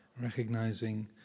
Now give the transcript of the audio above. recognizing